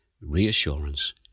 reassurance